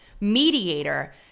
mediator